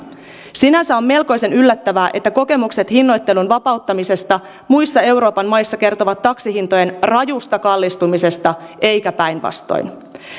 sinänsä on melkoisen yllättävää että kokemukset hinnoittelun vapauttamisesta muissa euroopan maissa kertovat taksihintojen rajusta kallistumisesta eikä päinvastoin